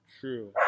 True